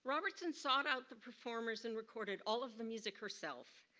robertson sought out the performers and recorded all of the music herself.